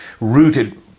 rooted